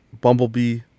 bumblebee